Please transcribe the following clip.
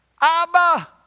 Abba